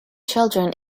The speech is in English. children